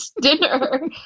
dinner